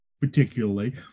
particularly